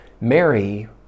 mary